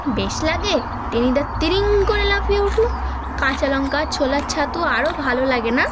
বেশ লাগে টেনিদা তিড়িং করে লাফিয়ে উঠল কাঁচা লঙ্কা ছোলার ছাতু আরও ভালো লাগে না